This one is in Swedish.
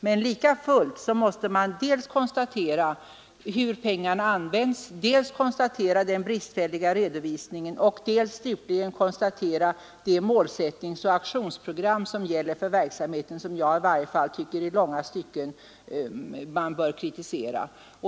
Men lika fullt måste man ändå dels konstatera hur pengarna används, dels den bristfälliga redovisningen och slutligen notera det målsättningsoch aktionsprogram som gäller för verksamheten, vilket i varje fall jag tycker att man i långa stycken bör kritisera.